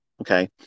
okay